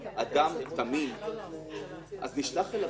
אזרח נורמטיבי רגיל שרוצה לבוא